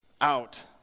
out